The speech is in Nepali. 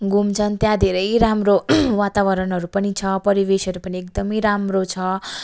घुम्छन् त्यहाँ धेरै राम्रो वातावरणहरू पनि छ परिवेशहरू पनि एकदमै राम्रो छ